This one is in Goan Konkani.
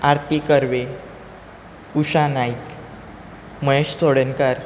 आरती कर्वे उशा नायक महेश चोडणकार